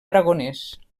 aragonès